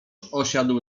osiadał